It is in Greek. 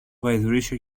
γαϊδουρίσιο